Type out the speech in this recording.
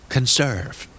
Conserve